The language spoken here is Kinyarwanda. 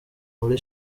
muri